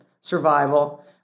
survival